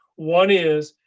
one is.